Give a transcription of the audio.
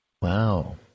Wow